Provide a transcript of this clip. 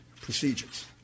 procedures